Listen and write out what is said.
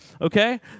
Okay